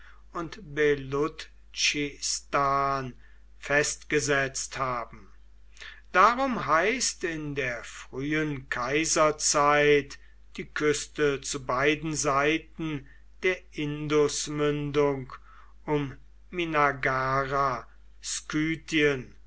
und belutschistan festgesetzt haben darum heißt in der frühen kaiserzeit die küste zu beiden seiten der indusmündung um